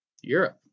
Europe